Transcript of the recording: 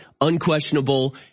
unquestionable